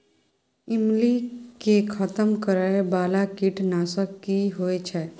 ईमली के खतम करैय बाला कीट नासक की होय छै?